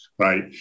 Right